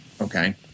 okay